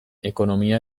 ekonomia